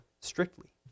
strictly